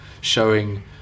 showing